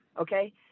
Okay